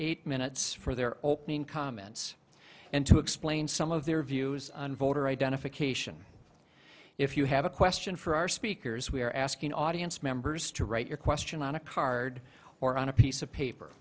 eight minutes for their opening comments and to explain some of their views on voter identification if you have a question for our speakers we are asking audience members to write your question on a card or on a piece of paper